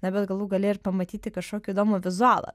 na bet galų gale ir pamatyti kažkokį įdomų vizualą